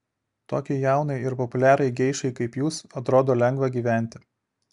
tokiai jaunai ir populiariai geišai kaip jūs atrodo lengva gyventi